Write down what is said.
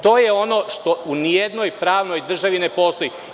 To je ono što u ni jednoj pravnoj državi ne postoji.